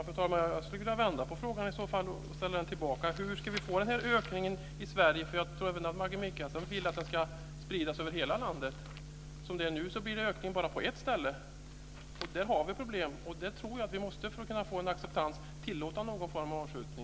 Fru talman! Jag vill i stället vända på det hela och ställa en motfråga: Hur ska vi då få denna ökning i Sverige, för jag tror att även Maggi Mikaelsson vill att vargen ska sprida sig över hela landet? Som det är nu sker det en ökning bara på ett ställe. Det är ett problem. För att kunna få en acceptans måste vi nog tillåta någon form av avskjutning.